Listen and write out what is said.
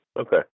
Okay